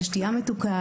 על שתייה מתוקה,